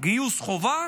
גיוס חובה